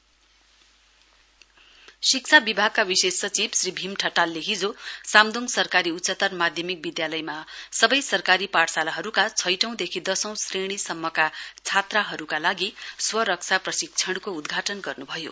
self defence शिक्षा विभागका विशेष सचिव श्री भीम ठटालले हिजो साम्दोङ सरकारी उच्चतर माध्यमिक विद्यालयमा सबै सरकारी पाठशालाहरुका छाँटोदेखि दशौं श्रेणीसम्मका छात्राहरुका लागि स्वरक्षा प्रशिक्षणको उद्घाटन गर्नुभयो